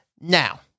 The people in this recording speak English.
Now